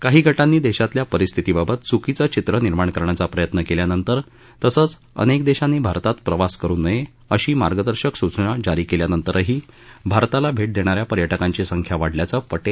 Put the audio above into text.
काही गटांनी देशातल्या परिस्थितीबाबत चुकीचं चित्र निर्माण करण्याचा प्रयत्न केल्यानंतर तसंच अनेक देशांनी भारतात प्रवास करू नये अशी मार्गदर्शक सूचना जारी केल्यानंतरही भारताला भेट देणाऱ्या पर्यटकांची संख्या वाढल्याचं पटेल यांनी नमूद केलं